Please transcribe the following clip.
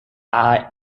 eye